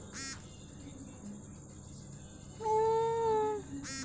বিদেশের কোনো অ্যাকাউন্টে টাকা ট্রান্সফার করার জন্য কী কী পদ্ধতি অবলম্বন করব?